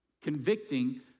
convicting